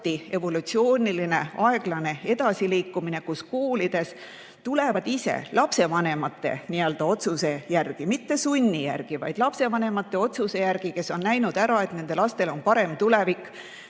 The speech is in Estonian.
evolutsiooniline aeglane edasiliikumine, kus koolidesse tulevad [muukeelsed lapsed] lapsevanemate otsuse järgi, mitte sunni järgi. Nad tulevad lapsevanemate otsuse järgi, kes on näinud ära, et nende lastel on parem tulevik,